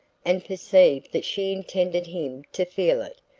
and perceived that she intended him to feel it.